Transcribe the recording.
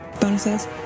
bonuses